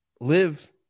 live